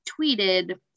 tweeted